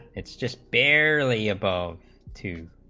it's just barely about two